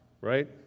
right